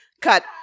Cut